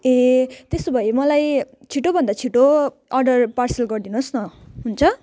ए त्यसो भए मलाई छिटोभन्दा छिटो अर्डर पार्सल गरिदिनु होस् न हुन्छ